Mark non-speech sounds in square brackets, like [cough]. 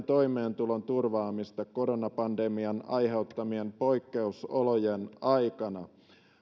[unintelligible] toimeentulon turvaamista koronapandemian aiheuttamien poikkeusolojen aikana